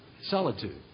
Solitude